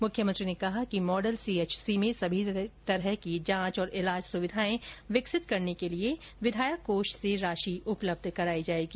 मुख्यमंत्री ने कहा कि मॉडल सीएचसी में सभी तरह की जांच और इलाज सुविधाएं विकसित करने के लिए विधायक कोष से राशि उपलब्ध कराई जाएगी